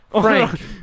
Frank